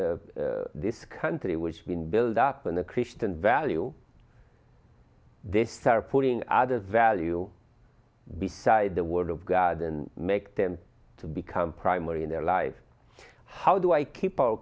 this country which been build up and the christian value this are putting other value beside the word of god and make them to become primary in their life how do i keep